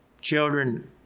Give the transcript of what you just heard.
children